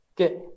Okay